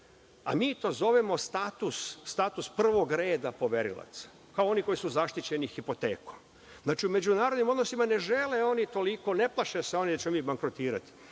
a mi to zovemo status prvog reda poverilaca, kao oni koji su zaštićeni hipotekom. Znači, u međunarodnim odnosima ne žele oni toliko, ne plaše se oni da ćemo mi bankrotirati,